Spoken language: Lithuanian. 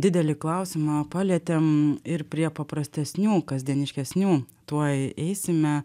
didelį klausimą palietėm ir prie paprastesnių kasdieniškesnių tuoj eisime